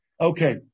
Okay